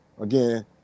again